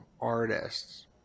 artists